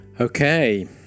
Okay